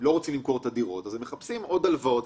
לא רוצים למכור את הדירות הם מחפשים עוד הלוואות,